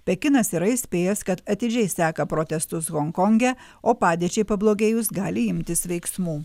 pekinas yra įspėjęs kad atidžiai seka protestus honkonge o padėčiai pablogėjus gali imtis veiksmų